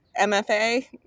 MFA